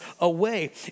away